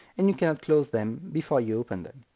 and you cannot close them before you open them.